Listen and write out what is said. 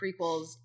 prequels